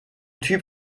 typ